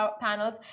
panels